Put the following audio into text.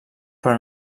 però